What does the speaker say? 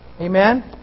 Amen